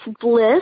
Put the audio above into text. bliss